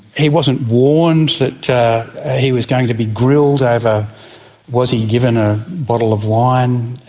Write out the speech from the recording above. he wasn't warned that he was going to be grilled over was he given a bottle of wine.